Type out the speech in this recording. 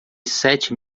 sete